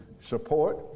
support